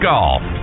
Golf